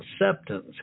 Acceptance